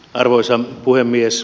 arvoisa puhemies